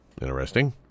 interesting